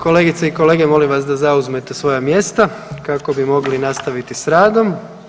Kolegice i kolege, molim vas da zauzmete svoja mjesta kako bi mogli nastaviti s radom.